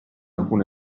alcun